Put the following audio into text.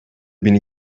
bin